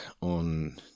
on